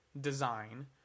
design